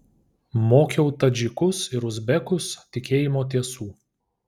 mokiau tadžikus ir uzbekus tikėjimo tiesų